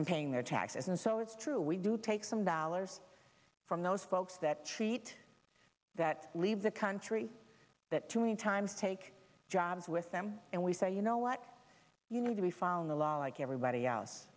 and paying their taxes and so it's true we do take some dollars from those folks that treat that leave the country that too many times take jobs with them and we say you know what you need to be following the law like everybody else